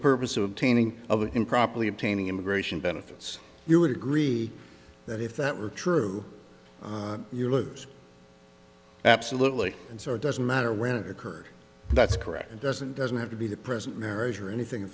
purpose of obtaining of an improperly obtaining immigration benefits you would agree that if that were true you lose absolutely and so doesn't matter when it occurred that's correct it doesn't doesn't have to be the present marriage or anything